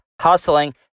hustling